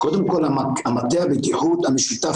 קודם כל מטה הבטיחות המשותף,